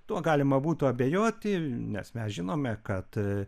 tuo galima būtų abejoti nes mes žinome kad